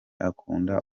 akunda